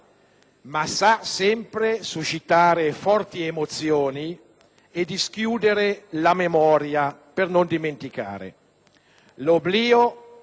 ma sa sempre suscitare forti emozioni e dischiudere la memoria per non dimenticare.